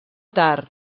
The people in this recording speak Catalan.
tard